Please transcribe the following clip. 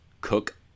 cook